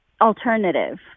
alternative